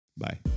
Bye